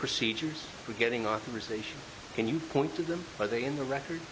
procedures for getting authorization can you point to them are they in the record